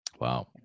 wow